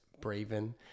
Braven